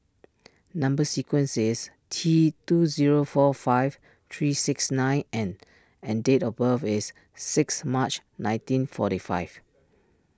Number Sequence is T two zero four five three six nine N and date of birth is six March nineteen forty five